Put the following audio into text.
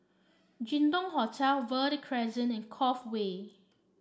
Jin Dong Hotel Verde Crescent and Cove Way